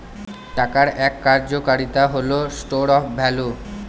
টাকার এক কার্যকারিতা হল স্টোর অফ ভ্যালু